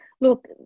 Look